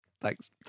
thanks